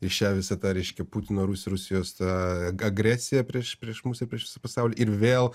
ir šią visą tą reiškia putino rus rusijos tą agresiją prieš prieš mus ir prieš visą pasaulį ir vėl